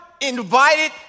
invited